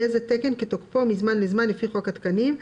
יהיה זה תקן כתוקפו מזמן לזמן לפי חוק התקנים,